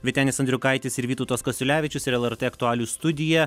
vytenis andriukaitis ir vytautas kasiulevičius ir lrt aktualijų studija